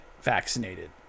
vaccinated